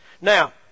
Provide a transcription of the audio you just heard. Now